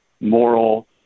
moral